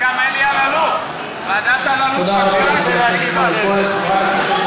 תודה רבה לחבר הכנסת מאיר